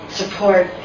support